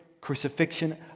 crucifixion